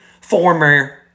former